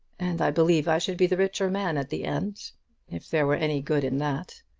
and i believe i should be the richer man at the end if there were any good in that.